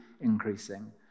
increasing